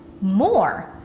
more